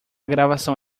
gravação